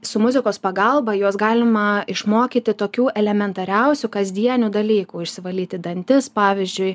su muzikos pagalba juos galima išmokyti tokių elementariausių kasdienių dalykų išsivalyti dantis pavyzdžiui